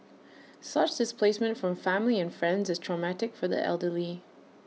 such displacement from family and friends is traumatic for the elderly